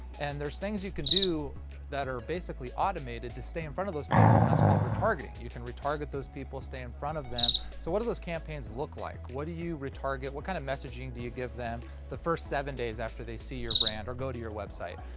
and there's things you can do that are basically automated to stay in front of those people and that's called re-targeting. you can re-target those people, stay in front of them, so what do those campaigns look like? what do you re-target, what kind of messaging do you give them the first seven days after they see your brand or go to your website?